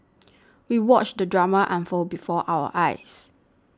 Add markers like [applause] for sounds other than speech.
[noise] we watched the drama unfold before our eyes